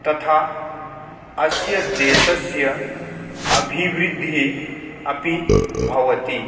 तथा अस्य देशस्य अभिवृद्धिः अपि भवति